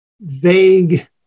vague